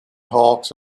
hawks